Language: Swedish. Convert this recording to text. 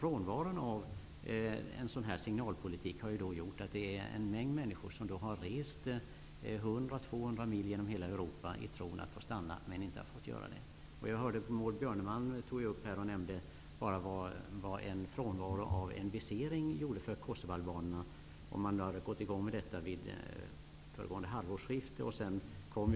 Frånvaro av en sådan här signalpolitik har gjort att en mängd människor har rest 100 och 200 mil genom hela Europa i tron att de skulle få stanna utan att sedan få göra det. Maud Björnemalm nämnde vad frånvaron av viseringen av kosovoalbanerna betydde och vad de skulle ha betytt om man hade börjat med visering vid föregående halvårsskifte.